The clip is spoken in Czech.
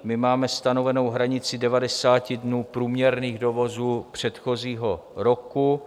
Máme stanovenou hranici 90 dnů průměrných dovozů předchozího roku.